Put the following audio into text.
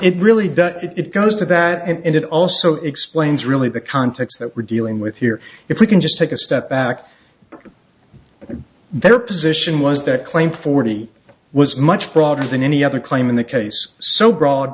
it really does it goes to that and it also explains really the context that we're dealing with here if we can just take a step back and their position was that claim forty was much broader than any other claim in the case so broad